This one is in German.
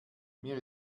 mir